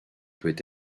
peut